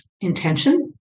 intention